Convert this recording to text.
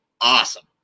awesome